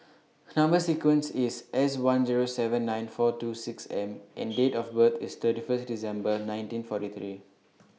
Number sequence IS S one Zero seven nine four two six M and Date of birth IS thirty First December nineteen forty three